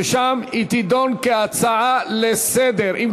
ושם היא תידון כהצעה לסדר-היום.